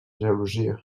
gelosia